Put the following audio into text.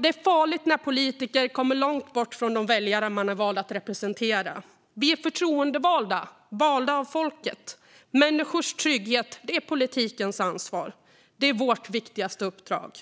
Det är farligt när politiker kommer långt bort från de väljare som de är valda att representera. Vi är förtroendevalda, valda av folket. Människors trygghet är politikens ansvar. Det är vårt viktigaste uppdrag.